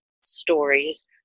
stories